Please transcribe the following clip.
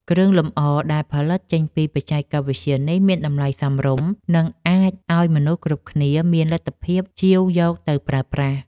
គ្រឿងលម្អដែលផលិតចេញពីបច្ចេកវិទ្យានេះមានតម្លៃសមរម្យ និង អាចឱ្យមនុស្សគ្រប់គ្នាមានលទ្ធភាពជាវយកទៅប្រើប្រាស់។